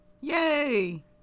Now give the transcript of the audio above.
Yay